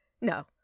No